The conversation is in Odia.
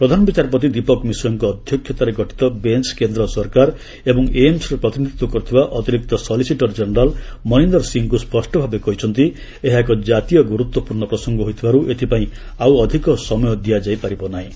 ପ୍ରଧାନ ବିଚାରପତି ଦୀପକ ମିଶ୍ରଙ୍କ ଅଧ୍ୟକ୍ଷତାରେ ଗଠିତ ବେଞ୍ କେନ୍ଦ୍ର ସରକାର ଏବଂ ଏମ୍ସର ପ୍ରତିନିଧିତ୍ୱ କରୁଥିବା ଅତିରିକ୍ତ ସଲିସିଟର କେନେରାଲ୍ ମନିଦର ସିଂଙ୍କୁ ସ୍ୱଷ୍ଟ ଭାବେ କହିଛନ୍ତି ଏହା ଏକ ଜାତୀୟ ଗୁରୁତ୍ୱପୂର୍ଣ୍ଣ ପ୍ରସଙ୍ଗ ହୋଇଥିବାରୁ ଏଥିପାଇଁ ଆଉ ଅଧିକ ସମୟ ଦିଆଯାଇ ପାରିବ ନାହିଁ